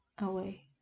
away